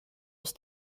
ist